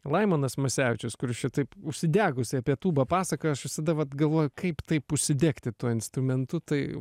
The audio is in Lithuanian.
laimonas masevičius kuris čia taip užsidegusiai apie tūbą pasakoja aš visada vat galvoju kaip taip užsidegti tuo instrumentu tai